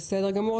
בסדר גמור.